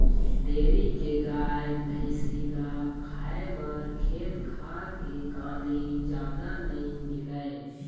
dairy के गाय, भइसी ल खाए बर खेत खार के कांदी जादा नइ मिलय